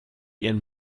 ihren